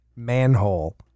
manhole